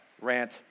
rant